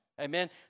Amen